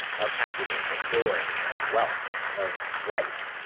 of happiness, of joy, of wealth, of life.